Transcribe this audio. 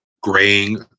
graying